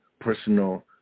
personal